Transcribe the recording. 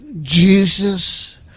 Jesus